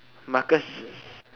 Marcus s~